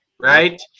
right